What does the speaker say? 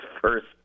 first